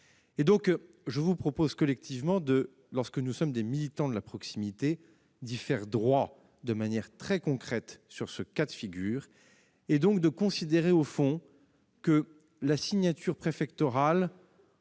Je vous propose collectivement, puisque nous sommes des militants de la proximité, d'y faire droit de manière très concrète dans ce cas de figure. Au fond, s'agissant de la signature préfectorale,